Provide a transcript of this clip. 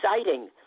exciting